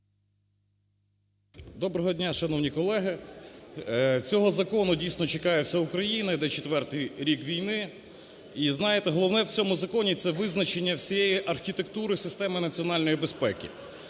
Доброго дня, шановні колеги. цього закону, дійсно, чекає вся Україна. Йде четвертий рік війни. І знаєте, головне в цьому законі це визначення всієї архітектури системи національної безпеки.